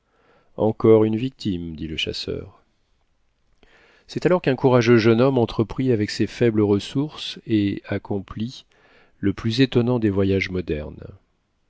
encore une victime dit le chasseur c'est alors qu'un courageux jeune homme entreprit avec ses faibles ressources et accomplit le plus étonnant des voyages modernes